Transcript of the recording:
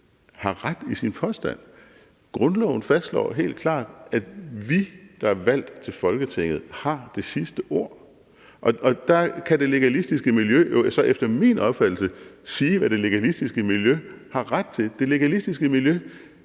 har ret i sin påstand. Grundloven fastslår jo helt klart, at vi, der er valgt til Folketinget, har det sidste ord. Og der har det legalistiske miljø jo så efter min opfattelse ret til sige, hvad det legalistiske miljø vil. Det legalistiske miljø